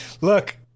look